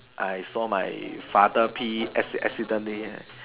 I saw my father pee accidentally